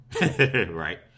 right